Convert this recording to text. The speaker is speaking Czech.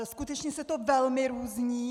Skutečně se to velmi různí.